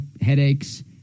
headaches